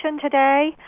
today